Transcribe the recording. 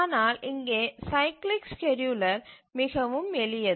ஆனால் இங்கே cyclic scheduler மிகவும் எளிது